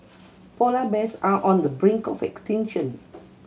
polar bears are on the brink of extinction